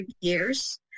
years